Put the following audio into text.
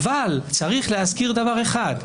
זה באמת באותה רמת בהילות כמו בדיוני הקורונה.